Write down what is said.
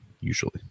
usually